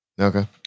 Okay